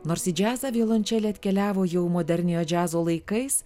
nors į džiazą violončelė atkeliavo jau moderniojo džiazo laikais